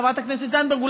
חברת הכנסת זנדברג,